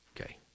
Okay